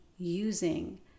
using